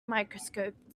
microscope